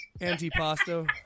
Anti-pasto